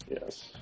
yes